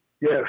Yes